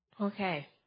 Okay